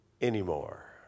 anymore